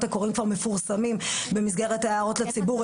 הקוראים כבר מפורסמים במסגרת ההערות לציבור.